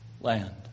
land